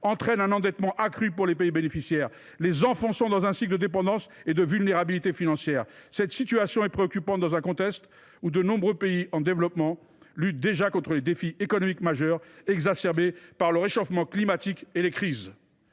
accroissent l’endettement des pays bénéficiaires, les enfonçant dans un cycle de dépendance et de vulnérabilité financière. Cette situation est préoccupante, dans un contexte où de nombreux pays en développement luttent déjà contre des défis économiques majeurs, exacerbés par le réchauffement climatique et les crises.